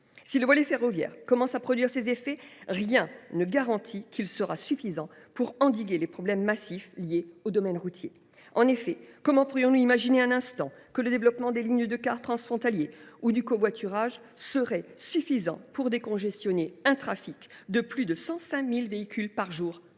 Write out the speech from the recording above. Si le volet ferroviaire commence à produire ses effets, rien ne garantit qu’il soit suffisant pour endiguer les problèmes massifs liés au domaine routier. En effet, comment pourrions nous imaginer un instant que le développement des lignes de cars transfrontaliers et du covoiturage serait suffisant pour décongestionner un trafic de plus de 105 000 véhicules par jour